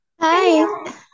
Hi